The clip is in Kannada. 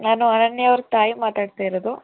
ನಾನು ಅನನ್ಯ ಅವ್ರ ತಾಯಿ ಮಾತಾಡ್ತಿರೋದು